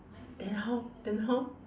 then how then how